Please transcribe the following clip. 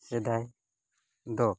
ᱥᱮᱫᱟᱭ ᱫᱚ